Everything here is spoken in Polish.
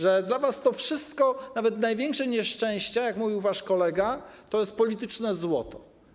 Że dla was to wszystko, nawet największe nieszczęścia, jak mówił wasz kolega, to jest polityczne złoto.